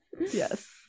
Yes